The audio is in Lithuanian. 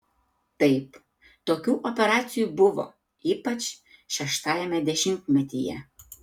taip tokių operacijų buvo ypač šeštajame dešimtmetyje